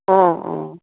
অঁ অঁ